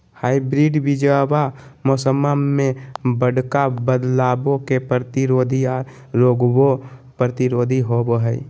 hybrid बीजावा मौसम्मा मे बडका बदलाबो के प्रतिरोधी आ रोगबो प्रतिरोधी होबो हई